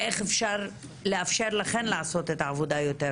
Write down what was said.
ואיך אפשר לאפשר לכן לעשות את העבודה טוב יותר.